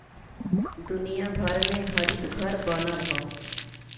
दुनिया भर में हरितघर बनल हौ